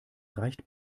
reicht